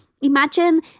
Imagine